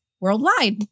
worldwide